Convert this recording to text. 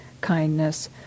kindness